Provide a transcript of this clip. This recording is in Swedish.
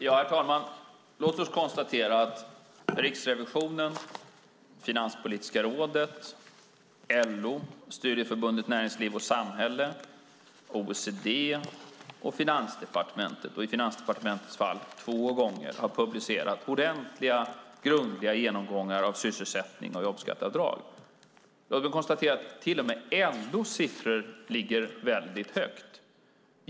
Herr talman! Låt oss konstatera att Riksrevisionen, Finanspolitiska rådet, LO, Studieförbundet Näringsliv och Samhälle, OECD och Finansdepartementet - i Finansdepartementets fall två gånger - har publicerat ordentliga grundliga genomgångar av sysselsättning och jobbskatteavdrag. Då har vi konstaterat att till och med LO:s siffror ligger högt.